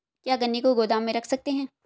क्या गन्ने को गोदाम में रख सकते हैं?